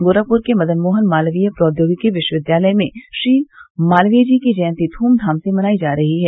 गोरखपुर के मदन मोहन मालवीय प्रौद्योगिकी विश्वविद्यालय में भी मालवीय जी की जयंती धूमधाम से मनायी जा रही है